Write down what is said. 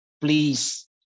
please